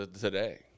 today